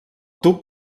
tub